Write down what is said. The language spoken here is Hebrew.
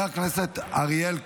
ארי,